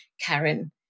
Karen